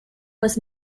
was